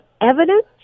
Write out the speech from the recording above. evidence